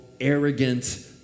arrogant